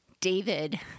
David